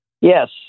Yes